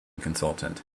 consultant